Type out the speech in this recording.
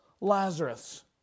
Lazarus